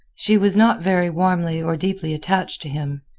she was not very warmly or deeply attached to him,